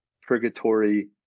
purgatory